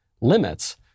limits